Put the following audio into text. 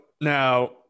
now